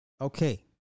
Okay